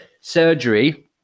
surgery